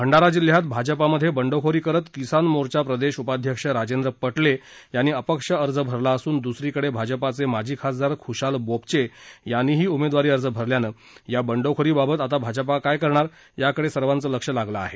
भंडारा जिल्ह्यातल्या भाजपामध्ये बंडखोरी करत किसान मोर्चा प्रदेश उपाध्यक्ष राजेंद्र पटले यांनी अपक्ष अर्ज भरला असून दुसरीकडे भाजपाचे माजी खासदार खुशाल बोपचे यांनी उमेदवारी अर्ज भरल्यानं या बंडखोरीबाबत आता भाजपा काय करणार या कडे सर्वांचं लक्ष लागलं आहे